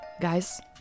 guys